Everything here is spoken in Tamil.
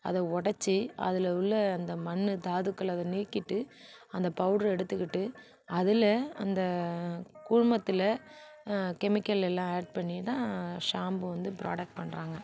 அதை உடச்சி அதில் உள்ள அந்த மண் தாதுக்களை அதை நீக்கிவிட்டு அந்த பவுடரை எடுத்துகிட்டு அதில் அந்த கூழ்மத்தில் கெமிக்கல் எல்லாம் ஏட் பண்ணிதான் ஷாம்பு ப்ராடக்ட் பண்ணுறாங்க